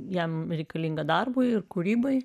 jam reikalinga darbui ir kūrybai